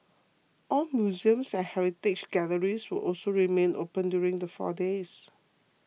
all museums and heritage galleries will also remain open during the four days